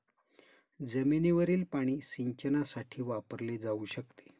जमिनीवरील पाणी सिंचनासाठी वापरले जाऊ शकते